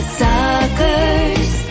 suckers